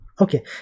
Okay